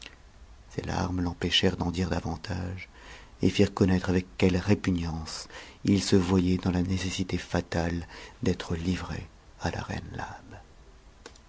ses larmes l'empêchèrent d'en dire davantage et firent connaître avec quelle répugnance il se voyait dans la nécessité fatale d'être livré à la reine labe